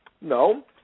no